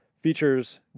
features